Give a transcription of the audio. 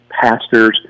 pastors